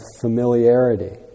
familiarity